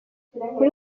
buri